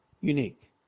unique